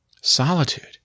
solitude